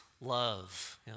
love